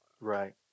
right